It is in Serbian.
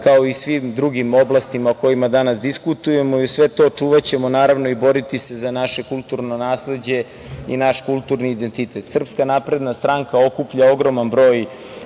kao i svim drugim oblastima o kojima danas diskutujemo i uz sve to, čuvaćemo i boriti se za naše kulturno nasleđe i naš kulturni identitet. Srpska napredna stranka okuplja ogroman broj